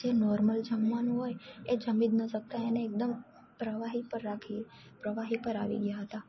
જે નોર્મલ જમવાનું હોય એ જમી જ ન શકતા એને એકદમ પ્રવાહી પર રાખી પ્રવાહી પર આવી ગયા હતા